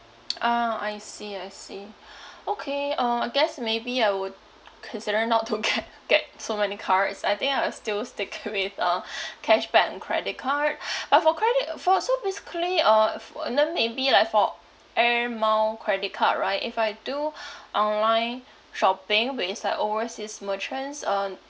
ah I see I see okay uh I guess maybe I would consider not to ge~ get so many cards I think I will still stick with uh cashback um credit card but for credit uh for so basically uh f~ and then maybe like for air mile credit card right if I do online shopping where it's like overseas merchants um